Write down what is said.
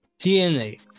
DNA